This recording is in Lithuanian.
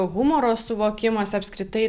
humoro suvokimas apskritai